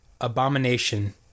abomination